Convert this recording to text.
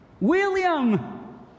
William